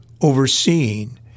overseeing